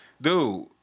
dude